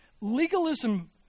Legalism